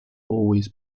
always